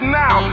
now